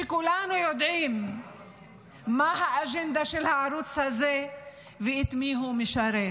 שכולנו יודעים מה האג'נדה של הערוץ הזה ואת מי הוא משרת.